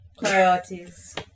Priorities